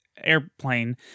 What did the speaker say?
airplane